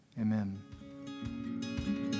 Amen